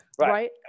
right